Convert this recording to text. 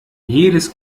jedes